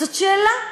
זאת שאלה.